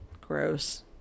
Gross